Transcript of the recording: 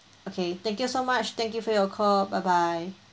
okay thank you so much thank you for your call bye bye